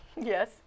Yes